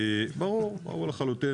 ברור, ברור לחלוטין.